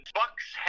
bucks